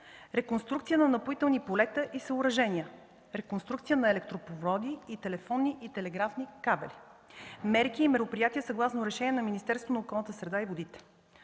реконструкция на напоителни полета и съоръжения, реконструкция на електропроводи, телефонни и телеграфни кабели, мерки и мероприятия съгласно решения на Министерството